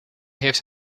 heeft